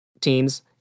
teams